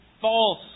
false